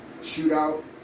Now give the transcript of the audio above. Shootout